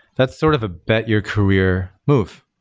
that's sort of bet your career move,